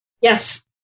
Yes